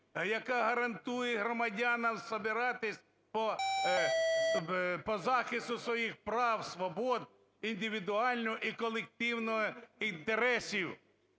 яка гарантує громадянам збиратись по захисту своїх прав, свобод, індивідуального і колективного інтересів.